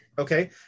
okay